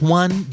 one